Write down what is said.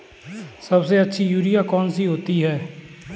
सबसे अच्छी यूरिया कौन सी होती है?